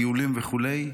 טיולים וכולי,